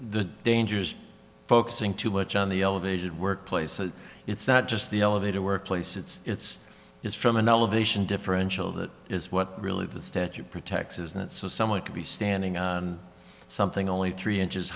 the dangers focusing too much on the elevated workplace so it's not just the elevator workplace it's is from an elevation differential that is what really the statute protects isn't it so someone could be standing on something only three inches